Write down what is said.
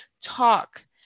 Talk